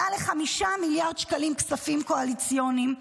מעל ל-5 מיליארד שקלים כספים קואליציוניים.